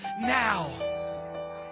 now